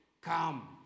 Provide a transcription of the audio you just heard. come